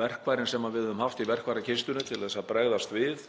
Verkfærin sem við höfum haft í verkfærakistunni til að bregðast við